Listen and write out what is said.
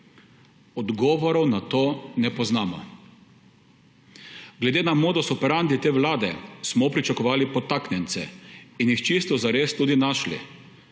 Odgovorov na to ne poznamo. Glede na modus operandi te vlade smo pričakovali podtaknjence in jih čisto zares tudi našli.